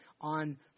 on